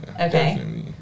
Okay